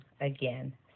Again